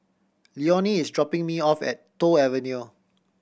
Leonie is dropping me off at Toh Avenue